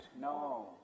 No